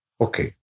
okay